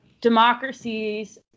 democracies